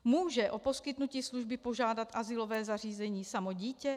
Může o poskytnutí služby požádat azylové zařízení samo dítě?